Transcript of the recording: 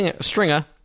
Stringer